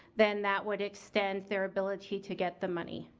then that would extend their ability to get the money.